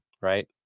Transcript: right